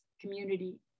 community